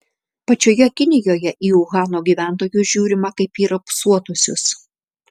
pačioje kinijoje į uhano gyventojus žiūrima kaip į raupsuotuosius